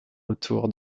retour